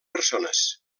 persones